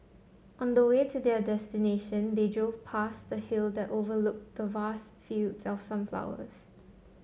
on the way to their destination they drove past a hill that overlooked the vast fields of sunflowers